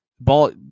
ball